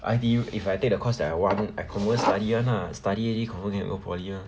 I_T_E if I take the course that I want I confirm study [one] lah study already confirm 可以 go poly lah